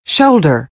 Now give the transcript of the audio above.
Shoulder